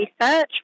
research